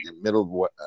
middle